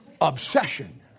Obsession